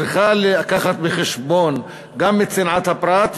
צריכה לקחת בחשבון גם את צנעת הפרט,